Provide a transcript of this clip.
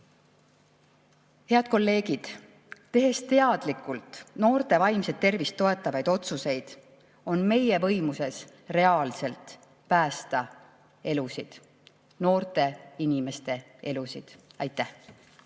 kolleegid! Tehes teadlikult noorte vaimset tervist toetavaid otsuseid, on meie võimuses reaalselt päästa elusid, noorte inimeste elusid. Aitäh!